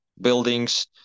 buildings